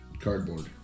cardboard